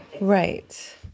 right